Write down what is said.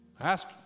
Ask